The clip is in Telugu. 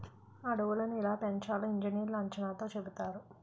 అడవులని ఎలా పెంచాలో ఇంజనీర్లు అంచనాతో చెబుతారు